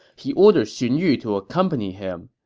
he ordered xun yu to accompany him.